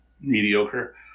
mediocre